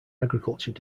agriculture